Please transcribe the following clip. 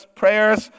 prayers